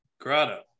Grotto